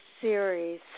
series